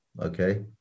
okay